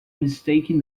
mistaken